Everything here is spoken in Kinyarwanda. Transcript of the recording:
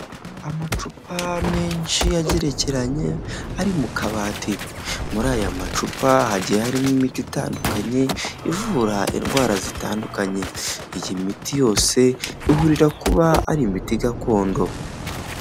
Amacupa menshi agerekeranye, ari mu kabati. Muri aya macupa hagiye harimo imiti itandukanye ivura indwara zitandukanye. Iyi miti yose ihurira kuba ari imiti gakondo.